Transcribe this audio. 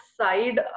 side